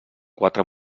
quatre